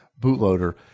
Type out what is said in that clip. bootloader